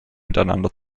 miteinander